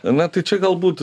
na tai čia galbūt